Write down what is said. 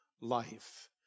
life